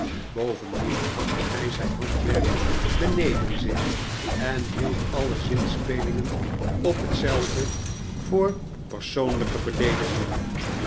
bovendien achtte hh zijn handwerk beneden zich en hield alle zinspelingen op hetzelve voor persoonlijke